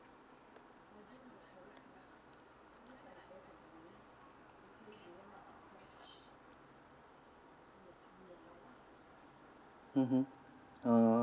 (uh huh) err